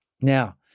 Now